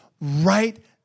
right